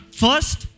first